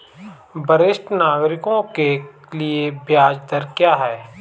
वरिष्ठ नागरिकों के लिए ब्याज दर क्या हैं?